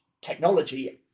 technology